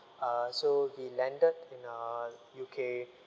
uh so we landed in uh U_K